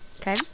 Okay